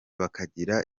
bakagira